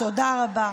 תודה רבה.